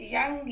Young